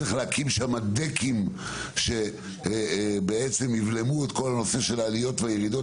צריך להקים שם decks שיבלמו את העליות והירידות.